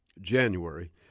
January